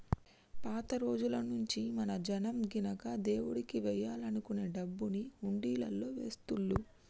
పాత రోజుల్నుంచీ మన జనం గినక దేవుడికియ్యాలనుకునే డబ్బుని హుండీలల్లో వేస్తుళ్ళు